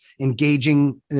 engaging